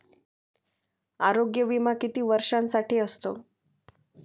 आरोग्य विमा किती वर्षांसाठी असतो?